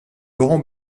laurent